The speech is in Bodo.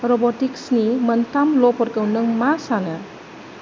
रब'टिक्सनि मोनथाम ल'फोरखौ नों मा सानो